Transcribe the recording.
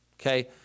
okay